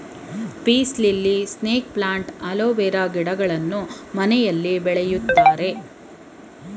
piece lily, snake plant, aloe vera ಗಿಡಗಳನ್ನು ಮನೆಯಲ್ಲಿ ಬೆಳಿತಾರೆ